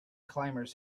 climbers